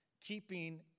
keeping